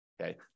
okay